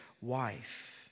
wife